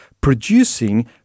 producing